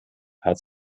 hat